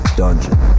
dungeon